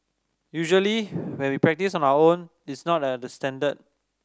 usually when we practise on our own it's not at this standard